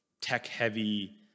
tech-heavy